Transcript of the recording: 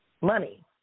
money